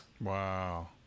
Wow